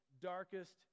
darkest